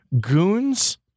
goons